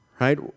right